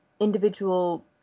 individual